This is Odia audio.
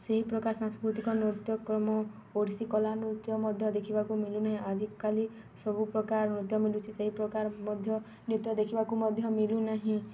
ସେହି ପ୍ରକାର ସାଂସ୍କୃତିକ ନୃତ୍ୟକ୍ରମ ଓଡ଼ିଶୀ କଳା ନୃତ୍ୟ ମଧ୍ୟ ଦେଖିବାକୁ ମିଳୁନାହିଁ ଆଜିକାଲି ସବୁ ପ୍ରକାର ନୃତ୍ୟ ମିଳୁଛି ସେହି ପ୍ରକାର ମଧ୍ୟ ନୃତ୍ୟ ଦେଖିବାକୁ ମଧ୍ୟ ମିଳୁନାହିଁ